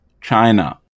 China